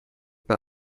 bei